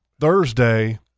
Thursday